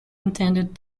intended